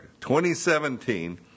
2017